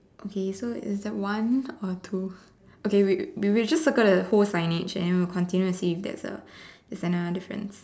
okay so is that one or two okay we we will just circle the whole signage and we will continue to see if there's a if there's another difference